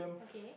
okay